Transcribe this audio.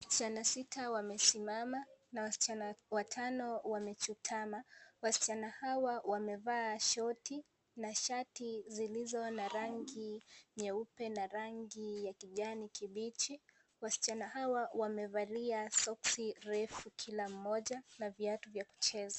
Wasichana sita wamesimama na wasichana watano wamechutama. Wasichana hawa, wamevaa shoti na shati zilizo na rangi nyeupe na rangi ya kijani kibichi. Wasichana hawa, wamevalia soksi refu kila mmoja na viatu vya kucheza.